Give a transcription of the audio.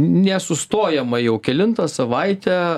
nesustojama jau kelintą savaitę